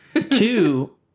Two